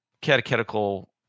catechetical